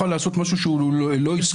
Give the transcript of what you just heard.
לעשות משהוא שהוא לא עסקי --- פלילי.